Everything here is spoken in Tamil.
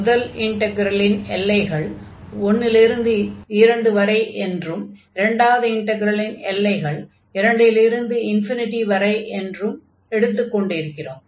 முதல் இன்டக்ரலின் எல்லைகள் 1 இல் இருந்து 2 வரை என்றும் இரண்டாவது இன்டக்ரலின் எல்லைகள் 2 இல் இருந்து வரை என்று எடுத்துக் கொண்டிருக்கிறோம்